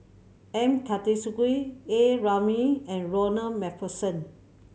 M Karthigesu A Ramli and Ronald Macpherson